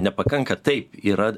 nepakanka taip yra